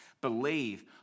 believe